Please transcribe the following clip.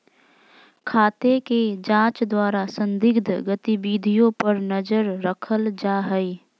खाते के जांच द्वारा संदिग्ध गतिविधियों पर नजर रखल जा हइ